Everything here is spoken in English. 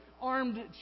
armed